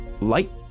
light